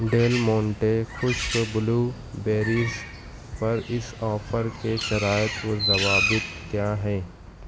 deal Monte خشک blueberries پر اس آفر کے شرائط و ضوابط کیا ہیں